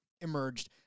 emerged